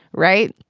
right.